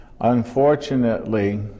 Unfortunately